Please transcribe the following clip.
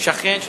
שכן שלי.